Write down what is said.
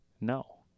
No